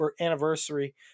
anniversary